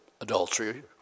adultery